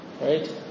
Right